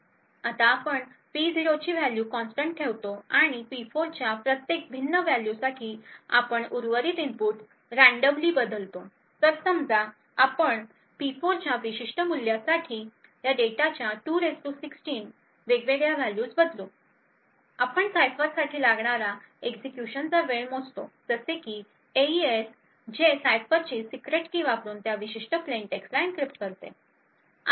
आता आपण P0 ची व्हॅल्यू कॉन्स्टंट ठेवतो आणि P4 च्या प्रत्येक भिन्न व्हॅल्यूसाठी आपण उर्वरित इनपुट सहजगत्याबदलतो तर समजा आपण P4 च्या विशिष्ट मूल्यासाठी या डेटाच्या 2 16 वेगवेगळ्या व्हॅल्यूज बदलू आपण सायफरसाठी लागणारा एक्झिक्युशनचा वेळ मोजतो जसे की एईएस जे सायफरची सीक्रेट की वापरुन त्या विशिष्ट प्लेन टेक्स्टला एनक्रिप्ट करते